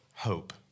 Hope